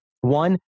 one